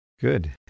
Good